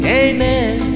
amen